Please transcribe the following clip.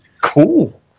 Cool